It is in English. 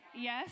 yes